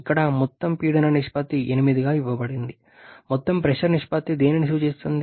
ఇక్కడ మొత్తం పీడన నిష్పత్తి 8గా ఇవ్వబడింది మొత్తం ప్రెషర్ నిష్పత్తి దేనిని సూచిస్తుంది